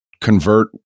convert